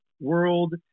world